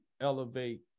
elevate